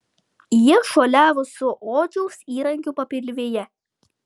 jie šuoliavo su odžiaus įrankiu papilvėje